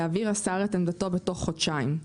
יעביר השר את עמדתו בתוך חודשיים,